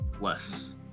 less